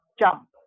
jump